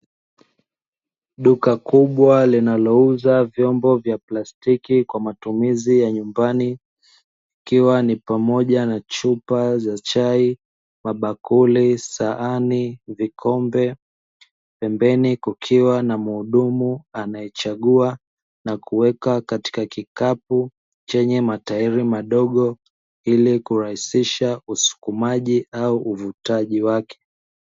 Duka kubwa linalouza vyombo vya plastiki kwa matumizi ya nyumbani. Ikiwa ni pamoja na chupa za chai, mabakuli, sahani, vikombe, pembeni kukiwa na muhudumu anaechagua na kuweka katika kikapu chenye matairi madogo ili kurahisisha usukumaji au uvutaji wake.